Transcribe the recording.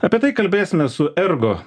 apie tai kalbėsime su ergo